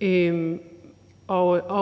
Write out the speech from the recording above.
til